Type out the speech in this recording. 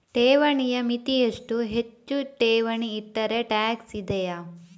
ಠೇವಣಿಯ ಮಿತಿ ಎಷ್ಟು, ಹೆಚ್ಚು ಠೇವಣಿ ಇಟ್ಟರೆ ಟ್ಯಾಕ್ಸ್ ಇದೆಯಾ?